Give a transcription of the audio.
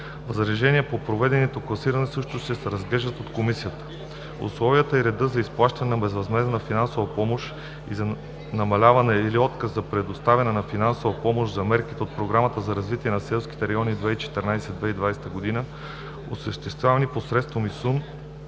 Възражения по проведеното класиране също ще се разглеждат от комисия. Условията и реда за изплащане на безвъзмездната финансова помощ и за намаляване или отказ за предоставянето на финансовата помощ за мерките по Програмата за развитие на селските райони 2014 – 2020 г., осъществявани посредством ИСУН